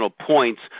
points